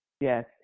Yes